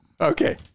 Okay